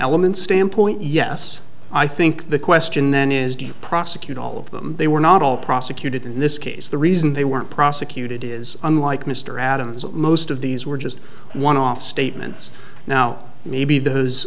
element standpoint yes i think the question then is deep prosecute all of them they were not all prosecuted in this case the reason they weren't prosecuted is unlike mr adams most of these were just one off statements now maybe those